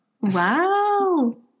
Wow